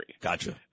Gotcha